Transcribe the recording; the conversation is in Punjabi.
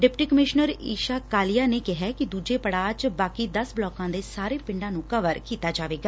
ਡਿਪਟੀ ਕਮਿਸ਼ਨਰ ਈਸ਼ਾ ਕਾਲੀਆ ਨੇ ਕਿਹੈ ਕਿ ਦੁਜੇ ਪੜਾਅ ਚ ਬਾਕੀ ਦਸ ਬਲਾਕਾਂ ਦੇ ਸਾਰੇ ਪਿੰਡਾਂ ਨੂੰ ਕਵਰ ਕੀਤਾ ਜਾਵੇਗਾ